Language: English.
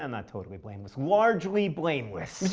and not totally blameless. largely blameless. mr.